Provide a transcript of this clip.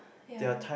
ya